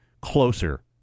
closer